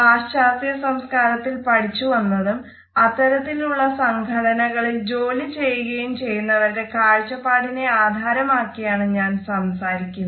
പാശ്ചാത്യ സംസ്കാരത്തിൽ പഠിച്ചു വന്നതും അത്തരത്തിൽ ഉള്ള സംഘടനകളിൽ ജോലി ചെയ്യുകയും ചെയ്യുന്നവരുടെ കാഴ്ചപ്പാടിനെ ആധാരമാക്കി ആണ് ഞാൻ സംസാരിക്കുന്നത്